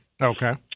Okay